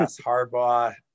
Harbaugh